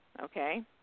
okay